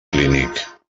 clínic